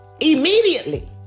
immediately